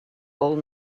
old